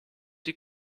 die